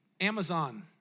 Amazon